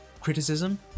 criticism